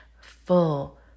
full